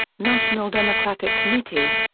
national democratic committee.